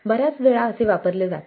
बर्याच वेळा असे वापरले जाते